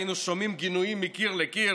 היינו שומעים גינויים מקיר לקיר,